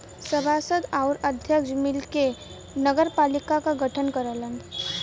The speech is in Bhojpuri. सभासद आउर अध्यक्ष मिलके नगरपालिका क गठन करलन